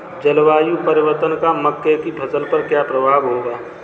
जलवायु परिवर्तन का मक्के की फसल पर क्या प्रभाव होगा?